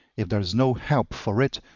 if there is no help for it,